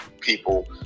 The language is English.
people